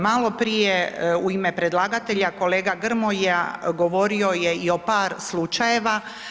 Maloprije u ime predlagatelja kolega Grmoja govorio je i o par slučajeva.